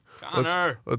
Connor